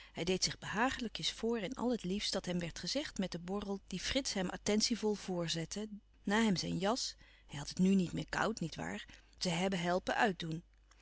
hij deed zich behagelijkjes voor in al het liefs dat hem werd gezegd met den borrel die frits hem attentievol voorzette na hem zijn jas hij had het nu niet meer koud niet waar te hebben helpen uitdoen